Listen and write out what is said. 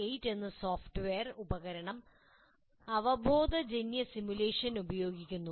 SIMUL8 എന്ന software ഉപകരണം അവബോധജന്യ സിമുലേഷൻ ഉപയോഗിക്കുന്നു